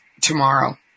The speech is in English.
tomorrow